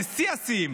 זה שיא השיאים,